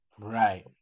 Right